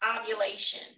ovulation